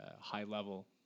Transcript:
high-level